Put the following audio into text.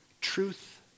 Truth